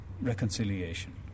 reconciliation